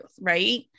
right